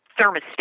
thermostat